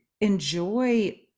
enjoy